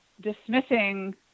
dismissing